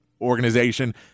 organization